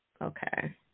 Okay